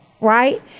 Right